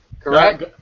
Correct